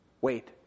Wait